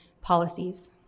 policies